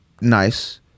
nice